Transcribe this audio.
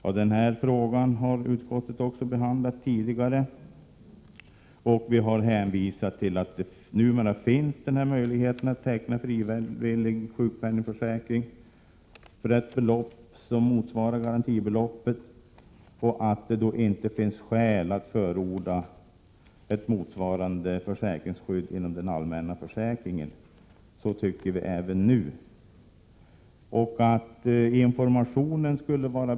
Även denna fråga har utskottet behandlat tidigare, och utskottsmajoriteten har då hänvisat till att det numera finns möjlighet att teckna frivillig sjukpenningförsäkring för ett belopp som motsvarar garantibeloppet och att det då inte finns skäl att förorda ett motsvarande försäkringsskydd inom den allmänna försäkringen. Så tycker vi i utskottsmajoriteten även nu.